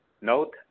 Note